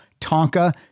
Tonka